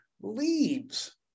leaves